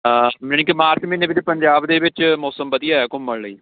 ਜਾਣੀ ਕਿ ਮਾਰਚ ਮਹੀਨੇ ਵਿੱਚ ਪੰਜਾਬ ਦੇ ਵਿੱਚ ਮੌਸਮ ਵਧੀਆ ਹੈ ਘੁੰਮਣ ਲਈ